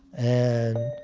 and,